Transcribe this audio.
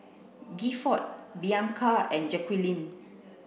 Gifford Bianca and Jaqueline